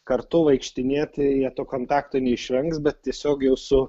kartu vaikštinėti jie to kontakto neišvengs bet tiesiog jau su